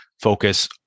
focus